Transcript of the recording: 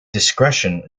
discretion